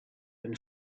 been